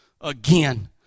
Again